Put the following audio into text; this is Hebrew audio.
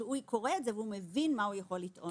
כשהוא קורא את זה הוא מבין מה הוא יכול לטעון.